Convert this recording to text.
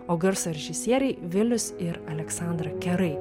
o garso režisieriai vilius ir aleksandra kerai